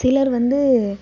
சிலர் வந்து